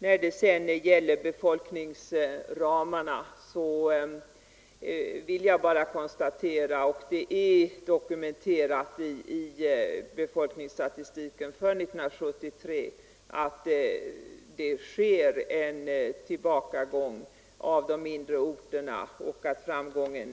När det gäller befolkningsramarna vill jag bara konstatera att det är dokumenterat i befolkningsstatistiken för 1973 vad beträffar skogslänen att de mindre orterna befolkningsmässigt går tillbaka och att